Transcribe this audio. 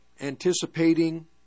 anticipating